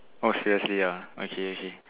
oh seriously ya okay okay